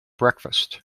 breakfast